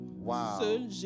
Wow